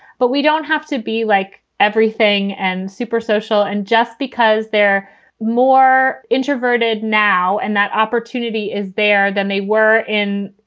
but we don't have to be like everything and super social. and just because they're more introverted now and that opportunity is there than they were in,